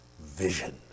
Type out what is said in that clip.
vision